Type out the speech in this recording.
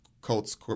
Colts